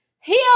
heal